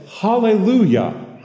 Hallelujah